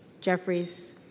Jeffries